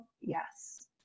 Yes